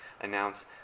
announce